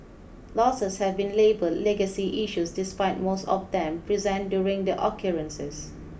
losses have been labelled 'legacy issues' despite most of them present during the occurrences